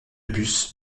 bus